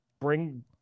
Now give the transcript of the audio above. bring